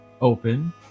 open